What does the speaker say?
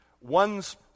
one's